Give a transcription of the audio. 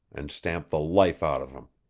and stamp the life out of him.